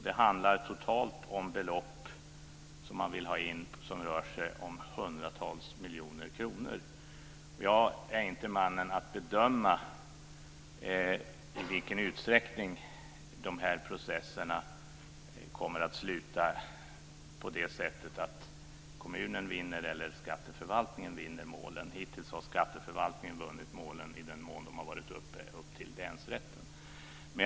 Det rör sig totalt om belopp på hundratals miljoner kronor som skatteförvaltningen vill ha in. Jag är inte man att bedöma i vilken utsträckning kommunen eller skatteförvaltningen kommer att vinna dessa processer. Hittills har skatteförvaltningen vunnit de mål som har varit uppe i länsrätten.